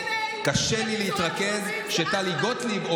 אין תקציב.